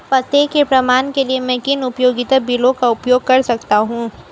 पते के प्रमाण के लिए मैं किन उपयोगिता बिलों का उपयोग कर सकता हूँ?